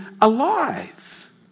alive